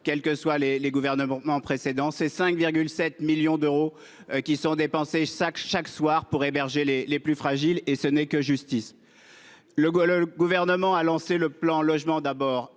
jamais été atteint, tous gouvernements confondus. Quelque 5,7 millions d'euros sont dépensés chaque soir pour héberger les plus fragiles- et ce n'est que justice. Le Gouvernement a lancé le plan Logement d'abord